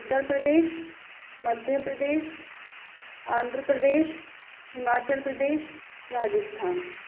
Uttar Pradesh Madhya Pradesh Andhra Pradesh Himachal Pradesh Rajasthan